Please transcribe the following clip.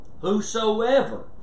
Whosoever